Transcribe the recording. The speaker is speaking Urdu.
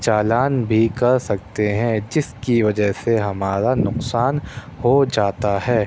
چالان بھی کر سکتے ہیں جس کی وجہ سے ہمارا نقصان ہو جاتا ہے